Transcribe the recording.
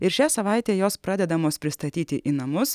ir šią savaitę jos pradedamos pristatyti į namus